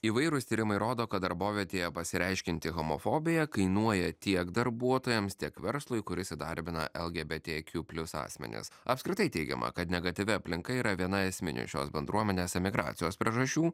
įvairūs tyrimai rodo kad darbovietėje pasireiškianti homofobija kainuoja tiek darbuotojams tiek verslui kuris įdarbina lgbtq plius asmenis apskritai teigiama kad negatyvi aplinka yra viena esminių šios bendruomenės emigracijos priežasčių